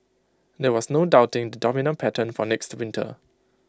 there was no doubting the dominant pattern for next winter